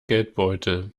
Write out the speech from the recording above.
geldbeutel